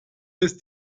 ist